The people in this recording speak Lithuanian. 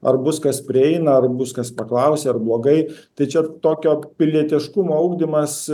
ar bus kas prieina ar bus kas paklausia ar blogai tai čia tokio pilietiškumo ugdymas